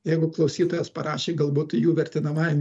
jeigu klausytojas parašė galbūt jų vertinamajam